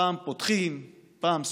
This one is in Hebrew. פעם פותחים, פעם סוגרים,